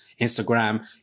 instagram